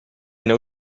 know